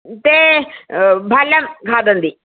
ते बाल्यां खादन्ति